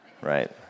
right